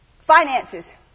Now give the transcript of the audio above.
Finances